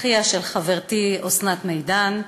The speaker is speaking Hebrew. אחיה של חברתי אסנת מידן,